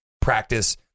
practice